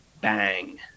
Bang